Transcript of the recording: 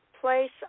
place